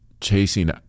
chasing